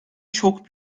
çok